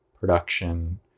production